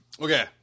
Okay